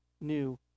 new